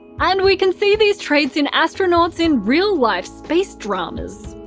and we can see these traits in astronauts in real life space dramas.